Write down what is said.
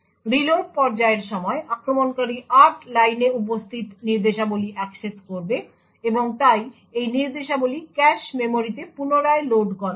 reload পর্যায়ের সময় আক্রমণকারী 8 লাইনে উপস্থিত নির্দেশাবলী অ্যাক্সেস করবে এবং তাই এই নির্দেশাবলী ক্যাশে মেমরিতে পুনরায় লোড করা হবে